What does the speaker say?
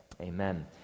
amen